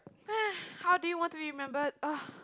how do you want to be remembered !ugh!